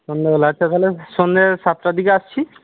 সন্ধ্যা বেলা আচ্ছা তাহলে সন্ধ্যে সাতটার দিকে আসছি